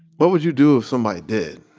what would you do if somebody did?